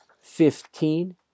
fifteen